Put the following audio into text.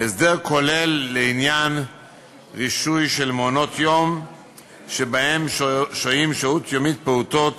הסדר כולל לעניין רישוי של מעונות-יום שבהם שוהים שהות יומית פעוטות